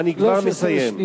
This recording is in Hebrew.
אני כבר מסיים.